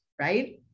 right